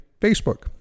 Facebook